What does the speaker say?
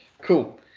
cool